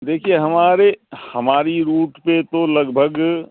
دیکھیے ہمارے ہماری روٹ پہ تو لگ بھگ